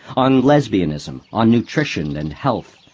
on lesbianism, on nutrition and health,